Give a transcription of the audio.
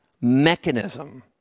mechanism